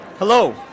Hello